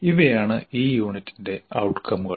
ഇവയാണ് ഈ യൂണിറ്റിന്റെ ഔട്കമുകൾ